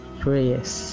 prayers